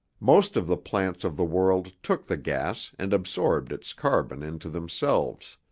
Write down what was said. most of the plants of the world took the gas and absorbed its carbon into themselves,